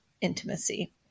intimacy